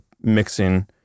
mixing